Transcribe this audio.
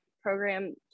program